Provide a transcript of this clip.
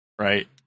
right